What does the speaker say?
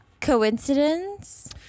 Coincidence